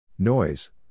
Noise